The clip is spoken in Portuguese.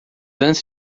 antes